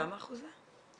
כמה אחוז זה?